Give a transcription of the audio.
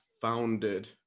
founded